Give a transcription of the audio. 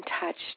touched